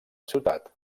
ciutat